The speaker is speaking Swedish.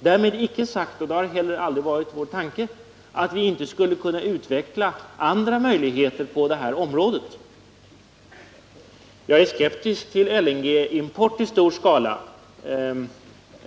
Därmed inte sagt — det har heller aldrig varit vår tanke — att vi inte skulle kunna utveckla andra möjligheter på det området. Jag ställer mig skeptisk till LNG-import i stor skala,